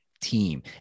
team